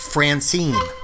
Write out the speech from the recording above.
Francine